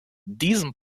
diesen